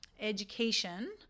education